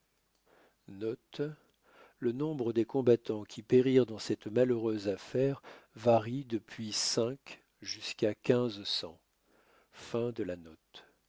le nombre des combattants qui périrent dans cette malheureuse affaire varie depuis cinq jusqu'à quinze cents